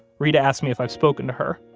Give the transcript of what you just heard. reta asks me if i've spoken to her.